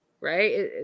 right